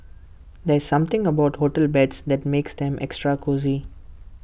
there's something about hotel beds that makes them extra cosy